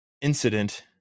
incident